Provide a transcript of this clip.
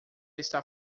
está